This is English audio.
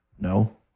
No